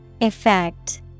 Effect